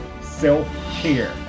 self-care